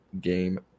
game